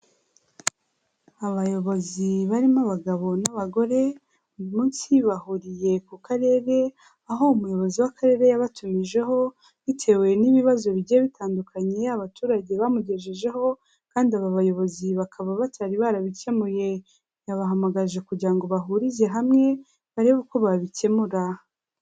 Abayobozi barimo abagabo n'abagore uyu munsi bahuriye ku karere, aho umuyobozi w'akarere yabatumijeho bitewe n'ibibazo bigiye bitandukanye abaturage bamugejejeho kandi aba bayobozi bakaba batari barabikemuye, babahamagaje kugira ngo bahurize hamwe barebe uko babikemura.